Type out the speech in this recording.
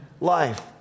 life